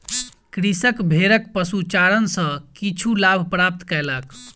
कृषक भेड़क पशुचारण सॅ किछु लाभ प्राप्त कयलक